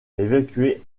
évacuer